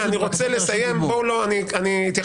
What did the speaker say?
חייב לומר, ואני אומר